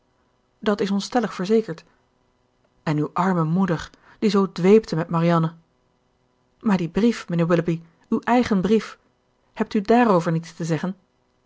dat is ons stellig verzekerd en uwe arme moeder die zoo dweepte met marianne maar die brief mijnheer willoughby uw eigen brief hebt u daarover niets te zeggen